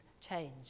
change